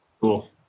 Cool